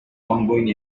ongoing